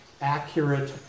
accurate